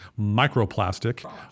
microplastic